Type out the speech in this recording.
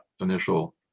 initial